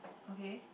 okay